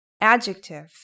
Adjective